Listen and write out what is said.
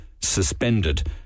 suspended